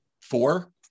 four